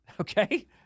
Okay